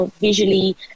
visually